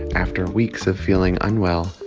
after weeks of feeling unwell,